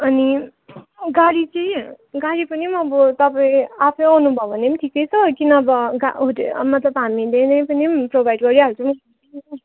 अनि गाडी चाहिँ गाडी पनि अब तपाईँ आफै आउनुभयो भने पनि ठिकै छ कि नभए गा त्यो मतलब हामीले नै पनि प्रोभाइड गरिहाल्छौँ